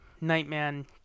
Nightman